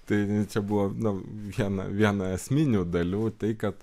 tai buvo nu viena viena esminių dalių tai kad